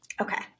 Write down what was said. Okay